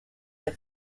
der